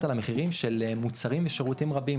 על המחירים של מוצרים ושירותים רבים